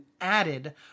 added